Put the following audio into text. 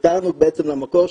אותנו למקור,